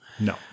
No